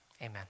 amen